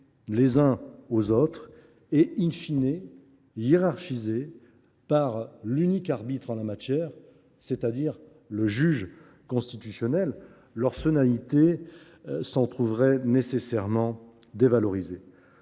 les uns aux autres et hiérarchisés par l’unique arbitre en la matière : le juge constitutionnel ? Leur solennité s’en trouverait nécessairement dévalorisée.